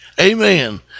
Amen